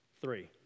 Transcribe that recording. Three